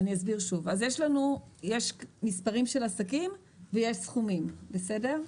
אסביר שוב, יש מספרים של עסקים ויש סכומים, בסדר?